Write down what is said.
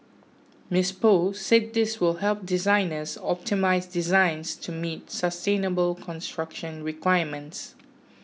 Miss Paul said this will help designers optimise designs to meet sustainable construction requirements